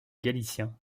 galicien